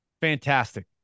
fantastic